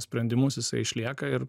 sprendimus jisai išlieka ir